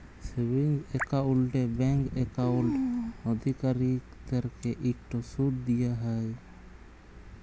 savings একাউল্টে bank account অধিকারীদেরকে ইকট সুদ দিয়া হ্যয়